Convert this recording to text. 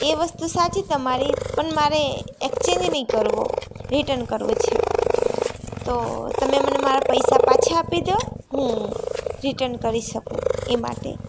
એ વસ્તુ સાચી તમારી પણ મારે એક્સ્ચેન્જ નથી કરવો રિટર્ન કરવું છે તો તમે મને મારા પૈસા પાછા આપી દો હું રિટર્ન કરી શકું એ માટે